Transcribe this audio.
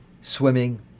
swimming